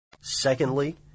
Secondly